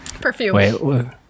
Perfume